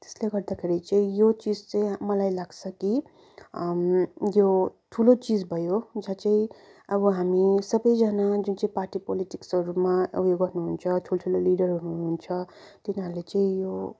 त्यसले गर्दाखेरि चाहिँ यो चिज चाहिँ मलाई लाग्छ कि ठुलो चिज भयो जहाँ चाहिँ अब हामी सबैजना जुन चाहिँ पार्टी पोलिटिक्सहरूमा उयो गर्नुहुन्छ ठुल्ठुलो लिडरहरू हुनुहुन्छ तिनीहरूले चाहिँ यो